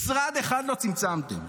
משרד אחד לא צמצמתם.